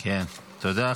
כן, תודה.